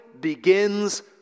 begins